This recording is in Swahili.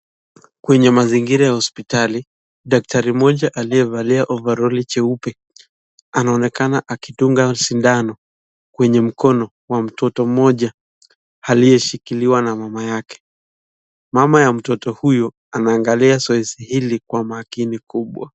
Kwenye mazingira ya hosiptali, daktari mmoja aliyevalia ovaroli jeupe anaonekana akidunga sindano kwenye mkono wa mtoto mmoja aliyeshikiliwa na mama yake, mama ya mtoto huyu anaangalia zoezi hili kwa makini kubwa.